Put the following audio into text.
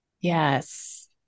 Yes